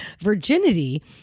Virginity